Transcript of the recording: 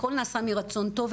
הכל נעשה מרצון טוב,